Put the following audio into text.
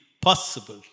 possible